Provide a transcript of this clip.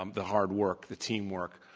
um the hard work, the teamwork,